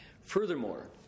Furthermore